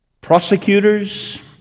prosecutors